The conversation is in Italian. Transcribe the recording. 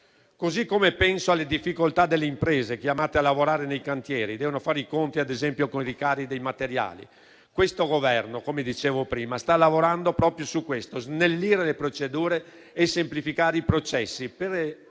Così come penso alle difficoltà delle imprese chiamate a lavorare nei cantieri, che devono fare i conti, ad esempio, con i rincari dei materiali. Questo Governo -come dicevo prima - sta lavorando proprio su questo: snellire le procedure e semplificare i processi